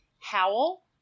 Howl